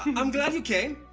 i'm glad you came,